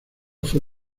fue